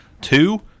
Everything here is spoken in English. Two